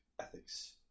ethics